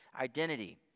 identity